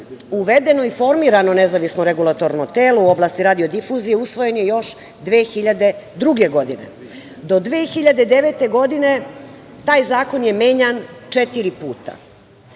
uvedeno i formirano nezavisno regulatorno telo u oblasti radio-difuzije usvoje je još 2002. godine. Do 2009. godine taj zakon je menjan četiri puta.